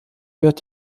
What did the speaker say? wird